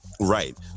Right